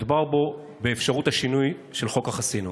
מדובר באפשרות השינוי של חוק החסינות.